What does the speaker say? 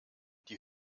die